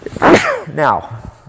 Now